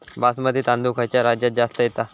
बासमती तांदूळ खयच्या राज्यात जास्त येता?